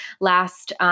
last